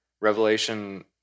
Revelation